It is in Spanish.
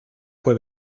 fue